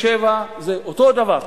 67', זה אותו הדבר.